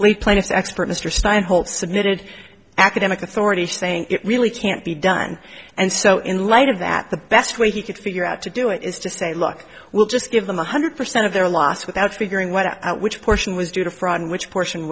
lead plaintiff expert mr stein whole submitted academic authority saying it really can't be done and so in light of that the best way he could figure out to do it is to say look we'll just give them one hundred percent of their loss without speaking what which portion was due to fraud which portion